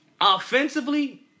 Offensively